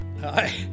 Hi